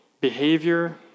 behavior